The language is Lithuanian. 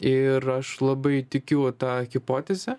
ir aš labai tikiu ta hipoteze